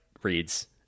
reads